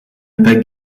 beg